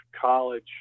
college